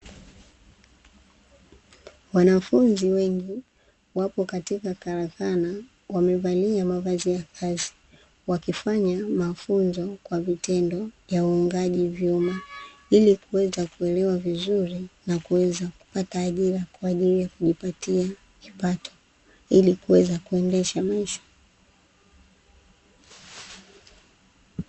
Wanafunzi wengi wapo katika karakana wamevalia mavazi ya kazi wakifanya mafunzo kwa vitendo ya uungaji vyuma, ili kuweza kuelewa vizuri na kuweza kupata ajira kwa ajili ya kujipatia kipato ili kuweza kuendesha maisha.